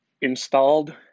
installed